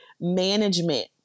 management